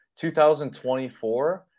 2024